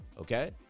Okay